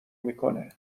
میکنه